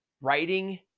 Writing